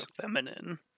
feminine